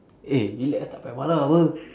eh relax ah tak payah marah [pe]